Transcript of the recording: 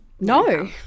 No